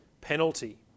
penalty